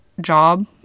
job